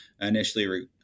initially